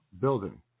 building